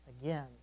again